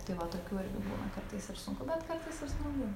tai va tokių irgi būna kartais ir sunku bet kartais ir smagu